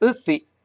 EP